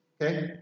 okay